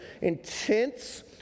intense